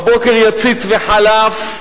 בבוקר יציץ וחלף,